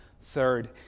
third